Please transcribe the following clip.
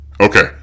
Okay